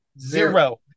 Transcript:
Zero